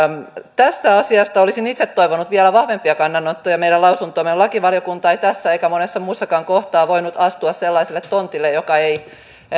tästä asiasta olisin itse toivonut vielä vahvempia kannanottoja meidän lausuntoomme lakivaliokunta ei tässä eikä monessa muussakaan kohtaa voinut astua sellaiselle tontille joka ei